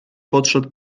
podszedł